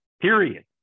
period